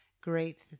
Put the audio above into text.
great